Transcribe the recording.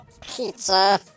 pizza